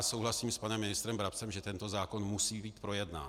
Souhlasím s panem ministrem Brabcem, že tento zákon musí být projednán.